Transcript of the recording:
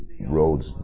roads